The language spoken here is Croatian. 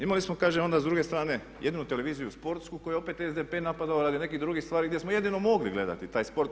Imali smo kaže onda s druge strane, jedinu televiziju sportsku koju je opet SDP napadao radi nekih drugih stvari gdje smo jedino mogli gledati taj sport.